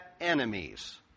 enemies